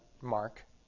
Mark